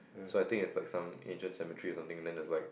so I think it's like some ancient cemetery or something then there's like